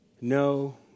No